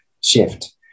shift